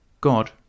God